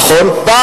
נכון, נכון.